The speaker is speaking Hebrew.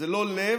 זה לא לב,